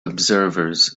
observers